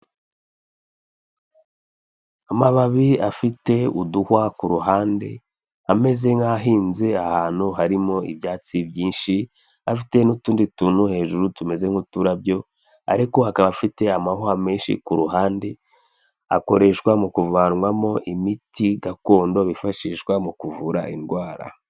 Amababi afite uduhwa ku ruhande, ameze nk'ahinze ahantu harimo ibyatsi byinshi, afite n'utundi tuntu hejuru tumeze nk'uturabyo ariko akaba afite amahwa menshi ku ruhande, akoreshwa mu kuvanwamo imiti gakondo bifashishwa mu kuvura indwara.